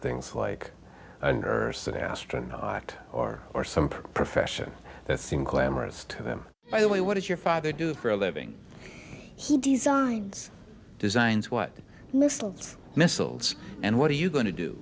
things like a nurse an astronaut or or some profession that seem clamorous to them by the way what does your father do for a living he designs designs what missiles missiles and what are you going to do